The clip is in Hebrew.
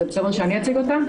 זה בסדר שאני אציג אותה?